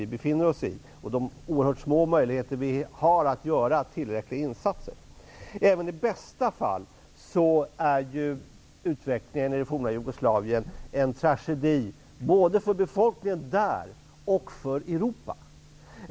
Vi har mycket små möjligheter att göra tillräckliga insatser. Även i bästa fall är utvecklingen i det forna Jugoslavien en tragedi, såväl för befolkningen som för Europa.